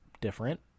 different